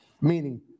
meaning